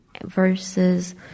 versus